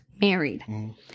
Married